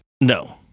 No